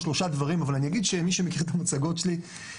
שלושה דברים אבל אני אגיד שמי שמכיר את המצגות שלי,